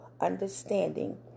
understanding